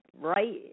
right